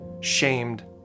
shamed